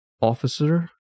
officer